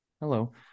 Hello